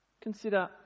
Consider